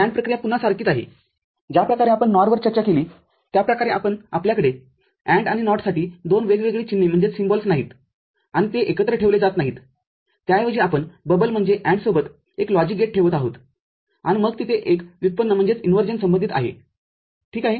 NAND प्रक्रिया पुन्हा सारखीच आहे ज्याप्रकारे आपण NOR वर चर्चा केली त्या प्रकारे आपण आपल्याकडे AND आणि NOT साठी दोन वेगवेगळी चिन्हे नाहीत आणि ते एकत्र ठेवले जात नाहीतत्याऐवजी आपण बबल म्हणजे AND सोबत एकच लॉजिक गेट ठेवत आहोत आणि मग तिथे एक व्युत्पन्न संबंधित आहे ठीक आहे